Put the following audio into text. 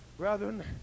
Brethren